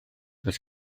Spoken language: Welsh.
does